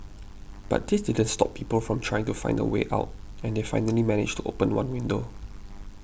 but this didn't stop people from trying to find a way out and they finally managed to open one window